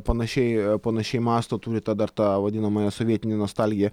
panašiai panašiai mąsto turi tą dar tą vadinamąją sovietinę nostalgiją